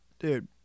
Dude